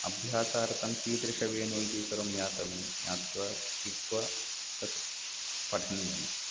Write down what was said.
अभ्यासार्थं कीदृशः वेणुः इति सर्वं ज्ञातव्यं ज्ञात्वा क्रीत्वा तत् पठनीयमस्ति